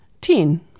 Ten